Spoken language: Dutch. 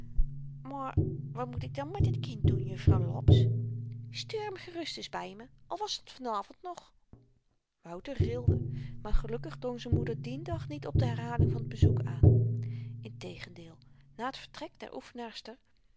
maar wat moet ik dan met het kind doen juffrouw laps stuur m gerust ns by me al was t van avond nog wouter rilde maar gelukkig drong z'n moeder dien dag niet op de herhaling van t bezoek aan integendeel na t vertrek der